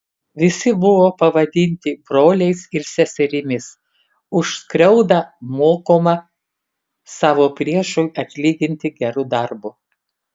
visi buvo pavadinti broliais ir seserimis už skriaudą mokoma savo priešui atlyginti geru darbu